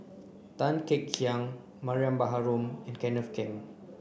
Tan Kek Hiang Mariam Baharom and Kenneth Keng